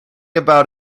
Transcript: about